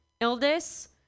illness